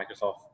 Microsoft